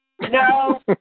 No